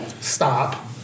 stop